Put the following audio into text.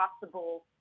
possible